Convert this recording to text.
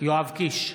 יואב קיש,